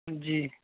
جی